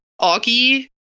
Augie